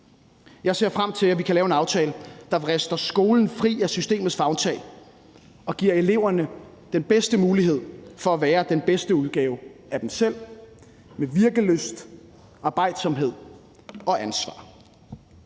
Jeg ser frem til, at vi kan lave en aftale, der vrister skolen fri af systemets favntag og giver eleverne den bedste mulighed for at være den bedste udgave af dem selv med virkelyst, arbejdsomhed og ansvar.